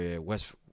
West